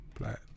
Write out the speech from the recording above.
Black